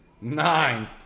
Nine